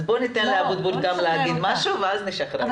אז בואי ניתן לח"כ אבוטבול ואז נשחרר אותה.